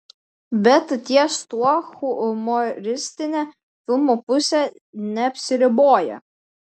bet ties tuo humoristinė filmo pusė neapsiriboja